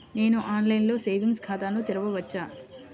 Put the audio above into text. నేను ఆన్లైన్లో సేవింగ్స్ ఖాతాను తెరవవచ్చా?